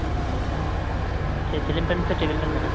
ᱪᱮᱫ ceiling fan ᱥᱮ table fan ᱠᱟᱱᱟ